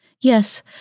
yes